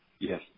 Yes